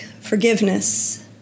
forgiveness